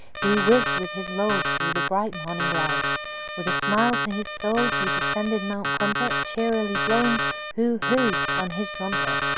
he whizzed with his load through the bright morning light with a smile to his soul, he descended mount crumpet cheerily blowing who! who! on his trumpet.